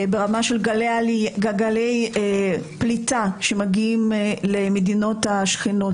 ברמה של גלי פליטים שמגיעים למדינות השכנות,